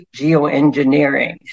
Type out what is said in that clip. geoengineering